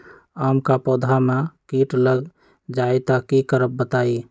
आम क पौधा म कीट लग जई त की करब बताई?